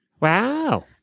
Wow